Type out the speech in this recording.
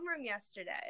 yesterday